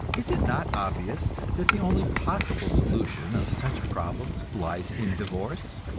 is it not obvious that the only possible solution of such problems lies in divorce?